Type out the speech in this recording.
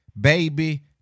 Baby